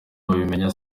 babimenya